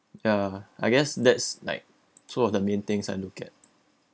ya I guess that's like two of the main things I look at